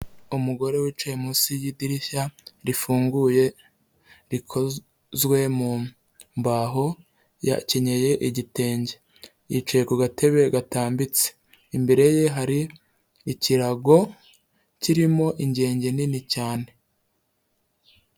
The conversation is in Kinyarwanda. Umugore wicaye munsi y'idirishya rifunguye rikozwe mu mbaho, yakenyeye igitenge, yicaye ku gatebe gatambitse, imbere ye hari ikirago kirimo ingenge nini cyane.